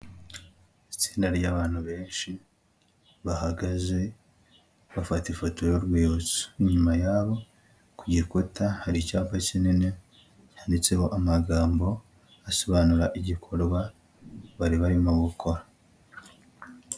Itsinda ry'abantu benshi bahagaze bafata ifoto y'urwibutso, inyuma yabo ku gikuta hari icyapa kinini cyanditseho amagambo asobanura igikorwa bari barimo gukora.